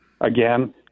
Again